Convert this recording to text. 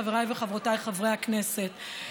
חבריי וחברותיי חברי הכנסת,